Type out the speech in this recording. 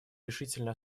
решительное